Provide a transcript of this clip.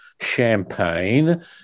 champagne